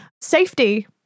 safety